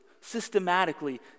systematically